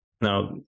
Now